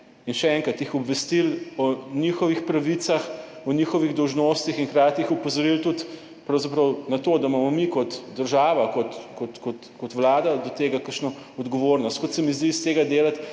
n še enkrat jih obvestili o njihovih pravicah, o njihovih dolžnostih in hkrati jih opozorili tudi pravzaprav na to, da imamo mi kot država, kot, kot, kot, kot vlada do tega kakšno odgovornost, kot se mi zdi iz tega delati